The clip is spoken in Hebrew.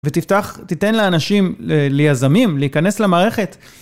ותפתח, תיתן לאנשים, ליזמים, להיכנס למערכת.